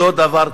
אותו דבר,